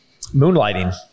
moonlighting